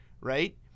right